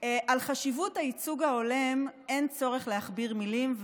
על חשיבות הייצוג ההולם אין צורך להכביר מילים,